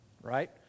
right